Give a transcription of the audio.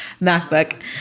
MacBook